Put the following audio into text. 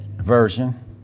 Version